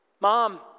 Mom